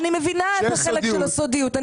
יש סודיות.